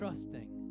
Trusting